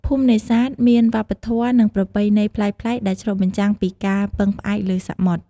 ភូមិនេសាទមានវប្បធម៌ និងប្រពៃណីប្លែកៗ ដែលឆ្លុះបញ្ចាំងពីការពឹងផ្អែកលើសមុទ្រ។